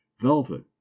velvet